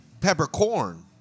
Peppercorn